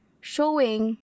showing